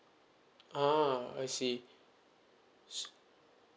ah I see